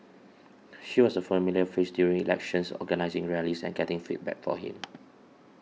she was a familiar face during elections organising rallies and getting feedback for him